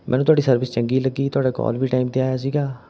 ਮੈਨੂੰ ਤੁਹਾਡੀ ਸਰਵਿਸ ਚੰਗੀ ਲੱਗੀ ਤੁਹਾਡਾ ਕੌਲ ਵੀ ਟੈਮ 'ਤੇ ਆਇਆ ਸੀਗਾ